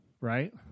Right